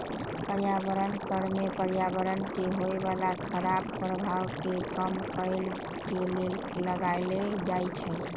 पर्यावरण कर में पर्यावरण में होय बला खराप प्रभाव के कम करए के लेल लगाएल जाइ छइ